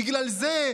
בגלל זה,